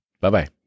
Bye-bye